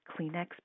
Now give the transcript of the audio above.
Kleenex